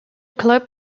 club